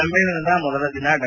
ಸಮ್ಮೇಳನದ ಮೊದಲ ದಿನ ಡಾ